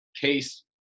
case